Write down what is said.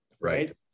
Right